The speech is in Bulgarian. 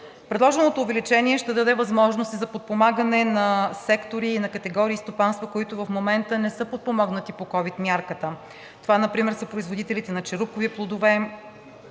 Предложеното увеличение ще даде възможност и за подпомагане на сектори и категории стопанства, които в момента не са подпомогнати по ковид мярката. Това например са производителите на черупкови плодове,